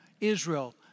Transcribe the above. Israel